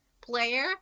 player